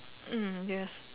um yes